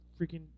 freaking